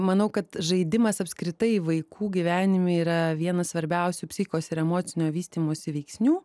manau kad žaidimas apskritai vaikų gyvenime yra vienas svarbiausių psichikos ir emocinio vystymosi veiksnių